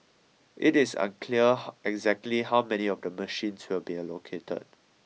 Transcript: it is unclear exactly how many of the machines will be allocated